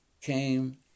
came